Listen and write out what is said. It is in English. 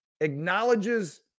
acknowledges